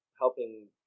helping